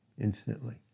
instantly